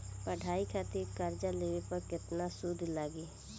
पढ़ाई खातिर कर्जा लेवे पर केतना सूद लागी?